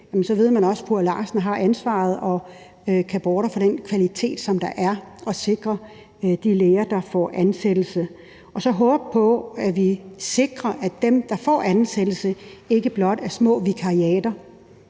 så ved de også, at fru Larsen har ansvaret og borger få den kvalitet, som der er, og sikrer de læger, der får ansættelse. Og så håber vi på, at vi sikrer, at de ansættelser ikke blot er små vikariater.